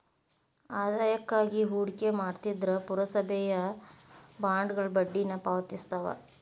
ಆದಾಯಕ್ಕಾಗಿ ಹೂಡಿಕೆ ಮಾಡ್ತಿದ್ರ ಪುರಸಭೆಯ ಬಾಂಡ್ಗಳ ಬಡ್ಡಿನ ಪಾವತಿಸ್ತವ